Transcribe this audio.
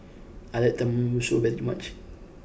I like Tenmusu very much